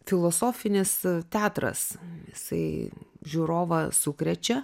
filosofinis teatras jisai žiūrovą sukrečia